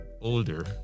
older